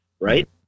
right